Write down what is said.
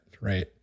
right